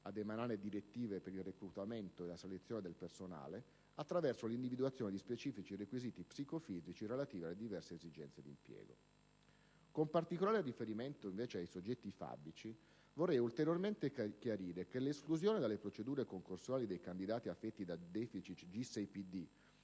ad emanare direttive per il reclutamento e la selezione del personale, attraverso l'individuazione di specifici requisiti psicofisici relativi alle diverse esigenze di impiego. Con particolare riferimento, invece, ai soggetti fabici, vorrei ulteriormente chiarire che l'esclusione dalle procedure concorsuali dei candidati affetti da deficit G6PD